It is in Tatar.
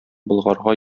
болгарга